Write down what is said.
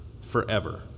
forever